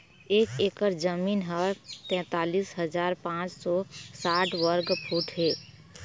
एक एकर जमीन ह तैंतालिस हजार पांच सौ साठ वर्ग फुट हे